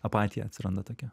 apatija atsiranda tokia